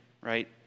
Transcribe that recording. right